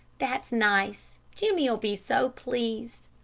that's nice! jimmie'll be so pleased.